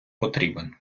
потрібен